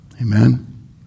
Amen